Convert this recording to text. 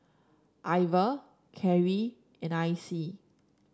Iver Carri and Icey